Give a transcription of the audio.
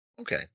Okay